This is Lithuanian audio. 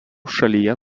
šalyje